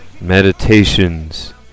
Meditations